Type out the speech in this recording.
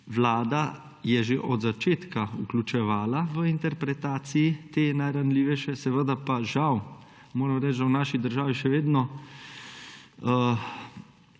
Vlada je že od začetka vključevala v interpretaciji te najranljivejše, seveda pa žal moram reči, da v naši državi še vedno